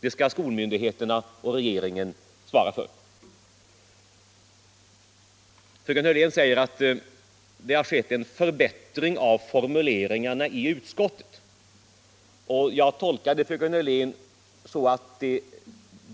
Det skall skolmyndigheterna och regeringen svara för. Fröken Hörlén säger att det har skett en förbättring av formuleringarna i utskottsbetänkandet, och jag tolkade fröken Hörlén så att hon menade att det